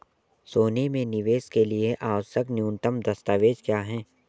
सोने में निवेश के लिए आवश्यक न्यूनतम दस्तावेज़ क्या हैं?